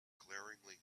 glaringly